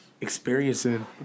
experiencing